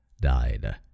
died